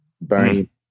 Bernie